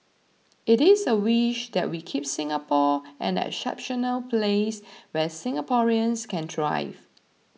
it is a wish that we keep Singapore an exceptional place where Singaporeans can thrive